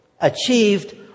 achieved